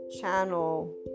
channel